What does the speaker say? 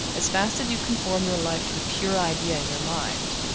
as fast as you conform your life to the pure idea in your mind,